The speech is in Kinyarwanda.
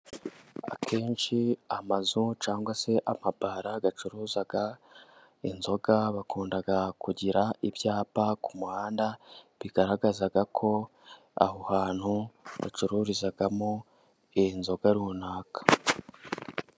Akenshi amazu cyangwa se amabara acuruza inzoga, bakunda kugira ibyapa ku muhanda, bigaragaza ko aho hantu bacururizamo iyi nzoga runaka.